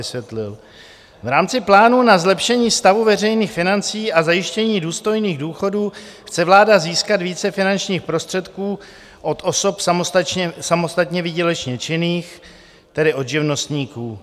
V rámci plánu na zlepšení stavu veřejných financí a zajištění důstojných důchodů chce vláda získat více finančních prostředků od osob samostatně výdělečně činných, tedy od živnostníků.